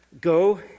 Go